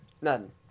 None